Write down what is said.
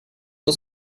oss